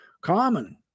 common